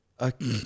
Okay